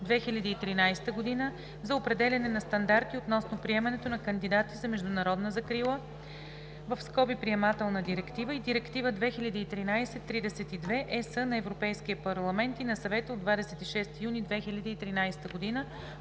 за определяне на стандарти относно приемането на кандидати за международна закрила (Приемателна директива) и Директива 2013/32/ЕС на Европейския парламент и на Съвета от 26 юни 2013 г.